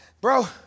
Bro